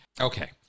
Okay